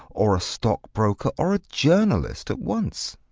or a stockbroker, or a journalist at once.